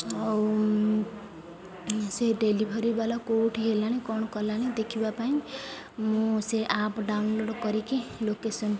ଆଉ ସେ ଡ଼େଲିଭରି ବାଲା କେଉଁଠି ହେଲାଣି କ'ଣ କଲାଣି ଦେଖିବା ପାଇଁ ମୁଁ ସେ ଆପ୍ ଡ଼ାଉନଲୋଡ଼୍ କରିକି ଲୋକେସନ୍